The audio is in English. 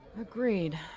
Agreed